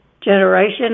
generation